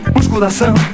Musculação